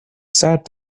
sat